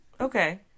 Okay